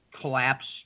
collapse